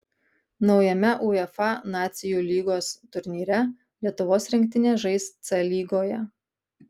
naujame uefa nacijų lygos turnyre lietuvos rinktinė žais c lygoje